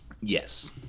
yes